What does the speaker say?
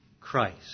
Christ